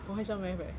我 H one math eh